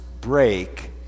break